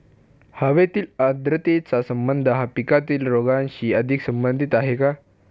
हवेतील आर्द्रतेचा संबंध हा पिकातील रोगांशी अधिक संबंधित आहे का?